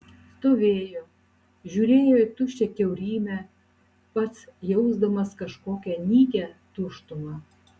stovėjo žiūrėjo į tuščią kiaurymę pats jausdamas kažkokią nykią tuštumą